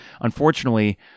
unfortunately